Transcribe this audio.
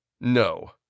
No